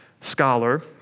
scholar